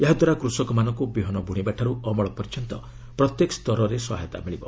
ଏହାଦ୍ୱାରା କୃଷକମାନଙ୍କୁ ବିହନ ବୁଣିବାଠାରୁ ଅମଳ ପର୍ଯ୍ୟନ୍ତ ପ୍ରତ୍ୟେକ ସ୍ତରରେ ସହାୟତା ମିଳିବ